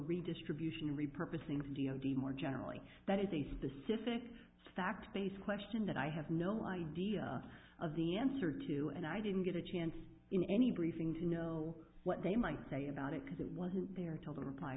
redistribution repurpose things d o d more generally that is a specific fact based question that i have no idea of the answer to and i didn't get a chance in any briefing to know what they might say about it because it wasn't there until the reply